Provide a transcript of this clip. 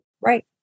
right